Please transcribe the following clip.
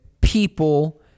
people